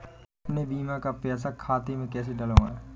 अपने बीमा का पैसा खाते में कैसे डलवाए?